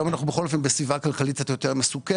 היום אנחנו בכל אופן בסביבה כלכלית קצת יותר מסוכנת.